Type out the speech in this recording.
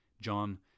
John